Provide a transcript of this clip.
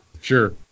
Sure